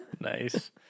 Nice